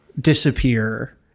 disappear